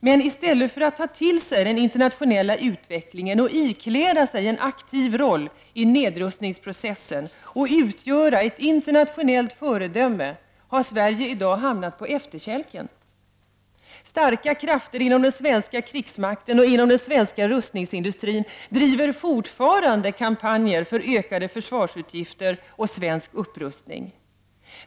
Men i stället för att ta till sig den internationella utvecklingen, ikläda sig en aktiv roll i nedrustningsprocessen och utgöra ett internationellt föredöme, har Sverige i dag hamnat på efterkälken. Starka krafter inom den svenska krigsmakten och inom den svenska rustningsindustrin driver fortfarande kampanjer för ökade försvarsutgifter och svensk upprustning.